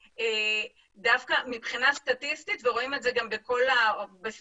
דווקא מבחינה סטטיסטית ורואים את זה בכל העולם